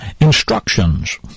instructions